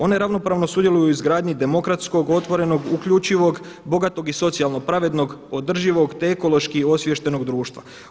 One ravnopravno sudjeluju u izgradnji demokratskog, otvorenog, uključivog, bogatog i socijalno pravednog, održivog, te ekološki osviještenog društva.